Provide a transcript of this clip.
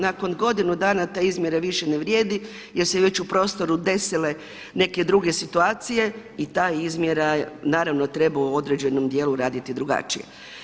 Nakon godinu dana ta izmjera više ne vrijedi jer su se već u prostoru desile neke druge situacije i ta izmjera naravno treba u određenom dijelu raditi drugačije.